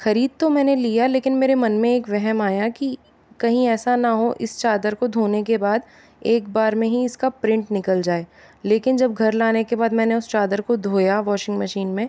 खरीद तो मैने लिया लेकिन मेरे मन मैं वहम आया कि कही ऐसा ना हो इस चादर को धोने के बाद एक बार में ही इसका प्रिंट निकल जाए लेकिन जब मैंने घर लाने के बाद मैंने उस चादर को धोया वाशिंग मशीन में